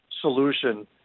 solution